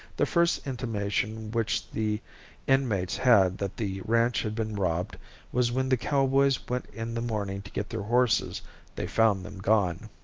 the first intimation which the inmates had that the ranch had been robbed was when the cowboys went in the morning to get their horses they found them gone.